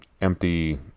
empty